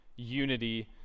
unity